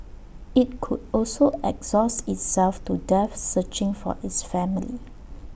IT could also exhaust itself to death searching for its family